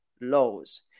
laws